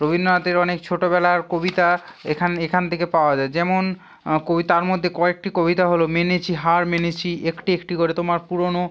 রবীন্দ্রনাথের অনেক ছোটোবেলার কবিতা এখান এখান থেকে পাওয়া যায় যেমন কবি তার মধ্যে কয়েকটি কবিতা হলো মেনেছি হার মেনেছি একটি একটি করে তোমার পুরানো